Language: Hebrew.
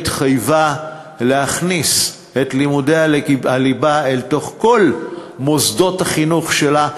התחייבה להכניס את לימודי הליבה לכל מוסדות החינוך שלה.